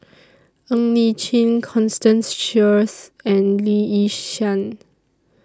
Ng Li Chin Constance Sheares and Lee Yi Shyan